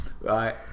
Right